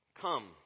Come